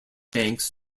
banks